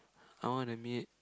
I wanna meet